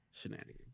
Shenanigans